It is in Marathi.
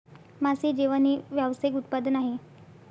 मासे जेवण हे व्यावसायिक उत्पादन आहे